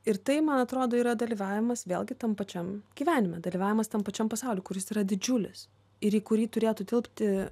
ir tai man atrodo yra dalyvavimas vėlgi tam pačiam gyvenime dalyvavimas tam pačiam pasauly kuris yra didžiulis ir į kurį turėtų tilpti